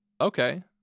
Okay